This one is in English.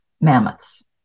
mammoths